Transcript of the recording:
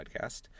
podcast